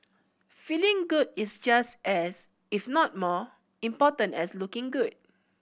feeling good is just as if not more important as looking good